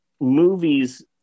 movies